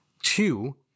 Two